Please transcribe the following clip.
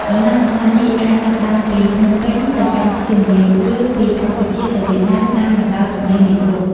ដំណើរកម្សាន្តនេះអាចចាប់ផ្តើមពីភ្នំពេញ ទៅកាន់សៀមរាប ឬពីកម្ពុជាទៅវៀតណាម តាមបណ្តោយទន្លេមេគង្គ។